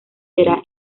será